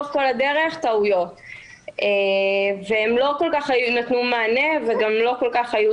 לאורך כל הדרך היו טעויות והם לא נתנו מענה וגם לא כל כך היו